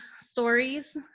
stories